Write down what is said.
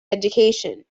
education